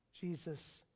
Jesus